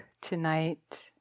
tonight